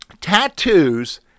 tattoos